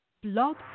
Blog